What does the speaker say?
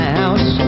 house